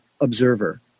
observer